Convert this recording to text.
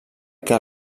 que